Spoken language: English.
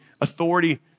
authority